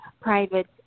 private